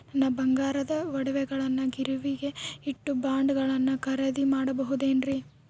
ನನ್ನ ಬಂಗಾರದ ಒಡವೆಗಳನ್ನ ಗಿರಿವಿಗೆ ಇಟ್ಟು ಬಾಂಡುಗಳನ್ನ ಖರೇದಿ ಮಾಡಬಹುದೇನ್ರಿ?